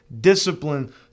discipline